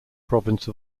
province